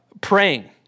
praying